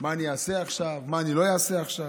של מה אני אעשה עכשיו, מה אני לא אעשה עכשיו,